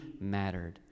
mattered